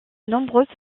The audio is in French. nombreuses